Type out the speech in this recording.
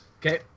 Okay